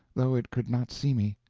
though it could not see me.